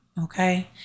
Okay